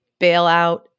bailout